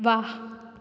वा